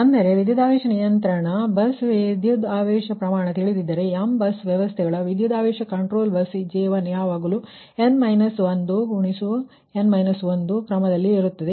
ಅಂದರೆ ವಿದ್ಯುತ್ ಆವೇಶ ನಿಯಂತ್ರಣ ಬಸ್ ವಿದ್ಯುತ್ ಆವೇಶ ಪ್ರಮಾಣ ತಿಳಿದಿದ್ದರೆ m ಬಸ್ ವ್ಯವಸ್ಥೆಗಳ ವೋಲ್ಟೇಜ್ ಕಂಟ್ರೋಲ್ ಬಸ್ J1 ಯಾವಾಗಲೂ n 1 ಕ್ರಮ ದಲ್ಲಿ ಇರುತ್ತದೆ